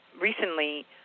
recently